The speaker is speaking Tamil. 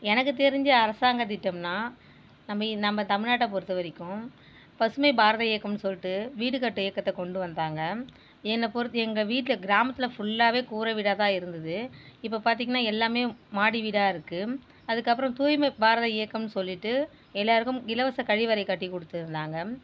எனக்கு தெரிஞ்சு அரசாங்க திட்டம்னா நம்ப நம்ப தமிழ்நாட்டை பொறுத்தவரைக்கும் பசுமை பாரத இயக்கம்னு சொல்லிட்டு வீடு கட்டும் இயக்கத்தை கொண்டு வந்தாங்க என்ன பொறுத் எங்கள் வீட்டில் கிராமத்தில் ஃபுல்லாகவே கூர வீடாகதான் இருந்துது இப்போ பார்த்திங்கன்னா எல்லாமே மாடி வீடாருக்கு அதற்கப்பறம் தூய்மை பாரத இயக்கம்னு சொல்லிவிட்டு எல்லாருக்கும் இலவச கழிவறை கட்டி கொடுத்துருந்தாங்க